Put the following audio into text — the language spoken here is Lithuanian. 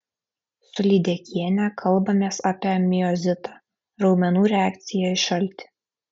su lydekiene kalbamės apie miozitą raumenų reakciją į šaltį